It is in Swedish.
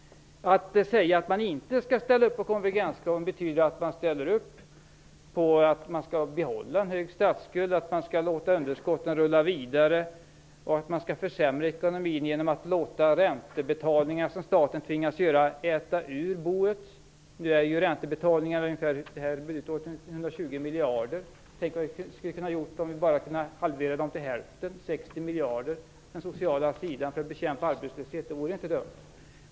Att säga att man inte skall ställa upp på konvergenskraven betyder att man ställer upp på att en hög statsskuld skall behållas, att man skall låta underskotten rulla vidare, att man skall försämra ekonomin genom att låta räntebetalningar som staten tvingas göra äta ur boet. Räntebetalningarna det här budgetåret är ungefär 120 miljarder. Tänk vad vi skulle kunna göra på den sociala sidan, för att bekämpa arbetslösheten, om vi bara kunde halvera beloppet till 60 miljarder. Det vore inte dumt.